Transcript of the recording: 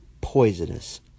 poisonous